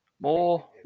more